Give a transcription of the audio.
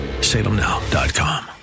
salemnow.com